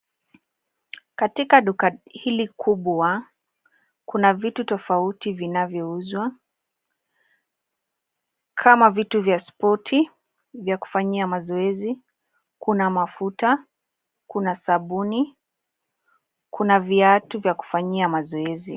Katika duka hili kubwa kuna vitu tofauti vinavyouzwa kama vitu vya spoti, ya kufanyia mazoezi, kuna mafuta, kuna sabuni, kuna viatu vya kufanyia mazoezi.